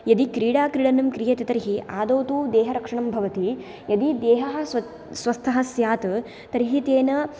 यदि क्रीडाक्रीडनं क्रियते तर्हि आदौ तु देहरक्षणं भवति यदि देहः स्व स्वस्थः स्यात् तर्हि तेन